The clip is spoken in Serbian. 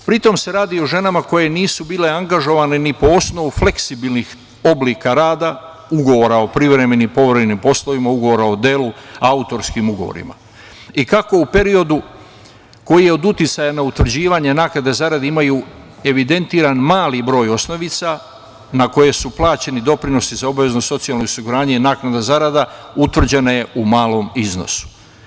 Pri tome se radi o ženama koje nisu bile angažovane ni po osnovu fleksibilnih oblika rada, ugovora o privremenim i povremenim poslovima, ugovora o delu, autorskim ugovorima i kako u periodu koji je od uticaja za utvrđivanja naknade zarade imaju evidentiran mali broj osnovica na koje su plaćeni doprinosi za obavezno socijalno osiguranje i naknada zarada utvrđena je u malom iznosu.